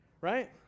right